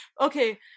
Okay